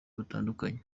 batandukanye